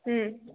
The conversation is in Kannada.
ಹ್ಞೂ